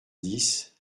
dix